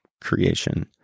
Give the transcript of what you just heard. creation